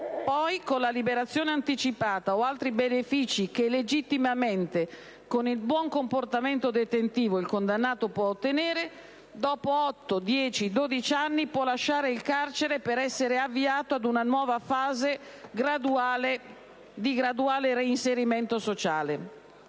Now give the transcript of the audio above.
Poi, con la liberazione anticipata o altri benefici, che legittimamente con il buon comportamento detentivo il condannato può ottenere, dopo otto, dieci o dodici anni può lasciare il carcere per essere avviato ad una nuova fase di graduale reinserimento sociale.